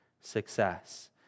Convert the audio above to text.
success